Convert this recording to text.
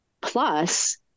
Plus